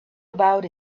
about